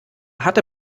hatte